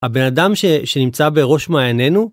הבן אדם שנמצא בראש מעייננו